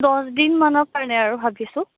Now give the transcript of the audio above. দহ দিন মানৰ কাৰণে আৰু ভাবিছোঁ